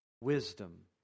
wisdom